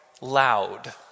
loud